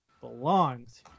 belongs